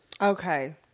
Okay